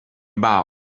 about